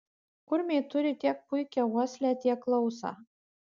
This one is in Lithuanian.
kurmiai turi tiek puikią uoslę tiek klausą